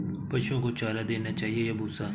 पशुओं को चारा देना चाहिए या भूसा?